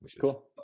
cool